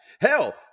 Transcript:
Hell